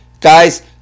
guys